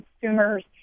consumers